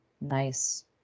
nice